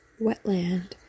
wetland